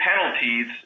penalties